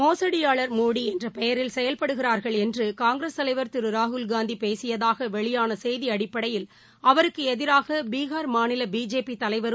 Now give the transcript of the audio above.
மோசடியாளர்கள் மோடி என்ற பெயரில் செயல்படுகிறார்கள் என்று காங்கிரஸ் தலைவர் திரு ராகுல் காந்தி பேசியதாக வெளியான செய்தி அடிப்படையில் அவருக்கு எதிராக பீகார் மாநில பிஜேபி தலைவரும்